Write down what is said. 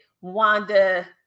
Wanda